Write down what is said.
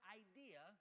idea